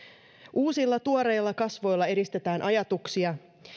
uusilla tuoreilla kasvoilla edistetään ajatuksia